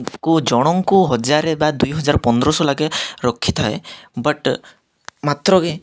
କୁ ଜଣଙ୍କୁ ହଜାର ବା ଦୁଇ ହଜାର ପନ୍ଦରଶହ ଲକେ ରଖିଥାଏ ବଟ୍ ମାତ୍ରକେ